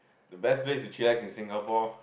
the best place to chillax in Singapore